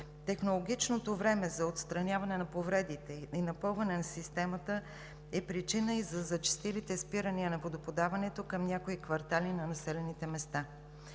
Технологичното време за отстраняване на повредите и напълване на системата е причина и за зачестилите спирания на водоподаването към някои квартали на населените места.